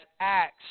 acts